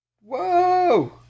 Whoa